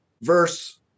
verse